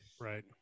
Right